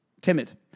timid